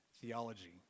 theology